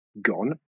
gone